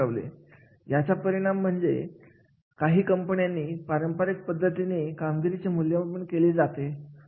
आहे अपेक्षा वरून कार्याचे मूल्यमापन करण्यात यावे कामगिरीचे मूल्यमापन करण्यात यावे